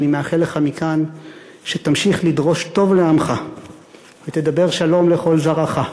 ואני מאחל לך מכאן שתמשיך לדרוש טוב לעמך ותדבר שלום לכל זרעך,